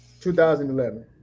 2011